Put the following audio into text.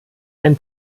ein